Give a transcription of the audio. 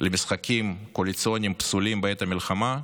משחקים קואליציוניים פסולים בעת המלחמה,